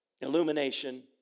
illumination